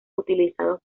utilizados